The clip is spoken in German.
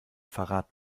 verrat